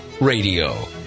Radio